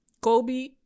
Kobe